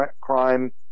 crime